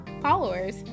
followers